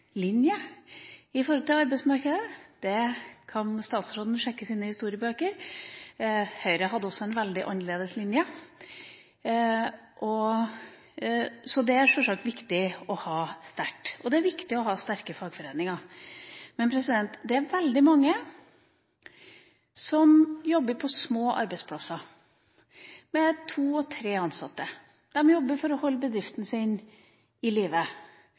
linje. Det er selvsagt viktig med et sterkt samarbeid, og det er viktig å ha sterke fagforeninger. Det er veldig mange som jobber på små arbeidsplasser med to og tre ansatte. De jobber for å holde bedriften sin i